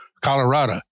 Colorado